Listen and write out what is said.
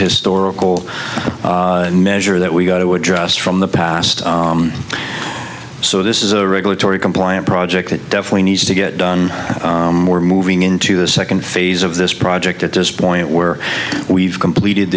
historical measure that we got to address from the past so this is a regulatory compliant project that definitely needs to get done more moving into the second phase of this project at this point where we've completed